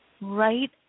right